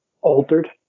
altered